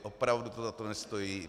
Opravdu to za to nestojí.